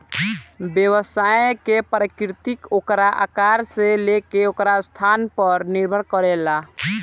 व्यवसाय के प्रकृति ओकरा आकार से लेके ओकर स्थान पर निर्भर करेला